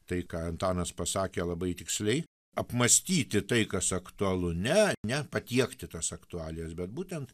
tai ką antanas pasakė labai tiksliai apmąstyti tai kas aktualu ne ne patiekti tas aktualijas bet būtent